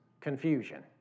confusion